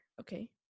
Okay